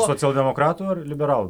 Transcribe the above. socialdemokratų ar liberalų